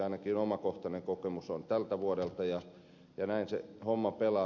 ainakin omakohtainen kokemus on tältä vuodelta ja näin se homma pelaa